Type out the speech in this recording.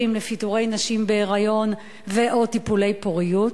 לפיטורי נשים בהיריון או בטיפולי פוריות?